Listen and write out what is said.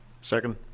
Second